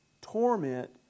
torment